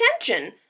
attention